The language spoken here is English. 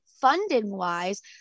funding-wise